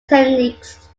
techniques